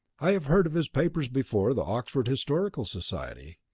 i have heard of his papers before the oxford historical society.